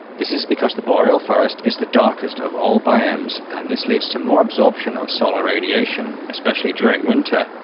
this is because the boreal forest is the darkest of all biomes and this leads to more absorption of solar radiation, especially during winter,